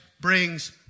brings